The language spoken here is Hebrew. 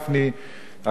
הגזירות האלה,